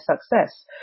success